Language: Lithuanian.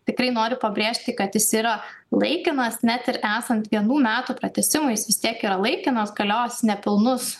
tikrai noriu pabrėžti kad jis yra laikinas net ir esant vienų metų pratęsimui vis tiek yra laikinos galios nepilnus